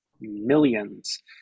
millions